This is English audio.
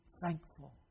thankful